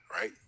right